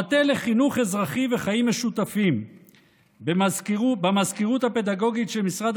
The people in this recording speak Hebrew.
המטה לחינוך אזרחי וחיים משותפים במזכירות הפדגוגית של משרד